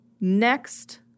next